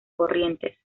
corrientes